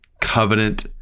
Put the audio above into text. covenant